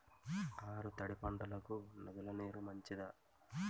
ఆరు తడి పంటలకు నదుల నీరు మంచిదా?